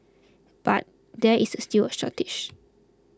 but there is still a shortage